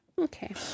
Okay